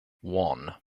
one